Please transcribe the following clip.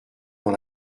dans